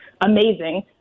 amazing